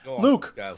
Luke